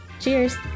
Cheers